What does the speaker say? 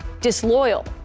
disloyal